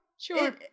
sure